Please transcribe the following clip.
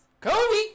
Kobe